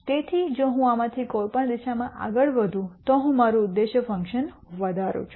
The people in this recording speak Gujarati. તેથી જો હું આમાંથી કોઈપણ દિશામાં આગળ વધું તો હું મારું ઉદ્દેશ્ય ફંકશન વધારું છું